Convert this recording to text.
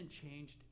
changed